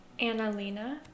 Annalena